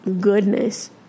goodness